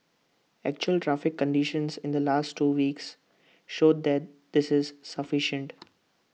actual traffic conditions in the last two weeks showed that this is sufficient